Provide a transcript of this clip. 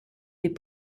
des